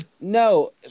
No